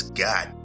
god